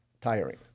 tiring